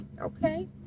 Okay